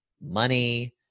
money